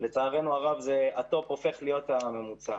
לצערנו הרב הטופ הופך להיות הממוצע.